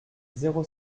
zéro